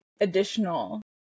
additional